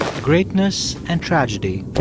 greatness and tragedy,